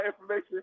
information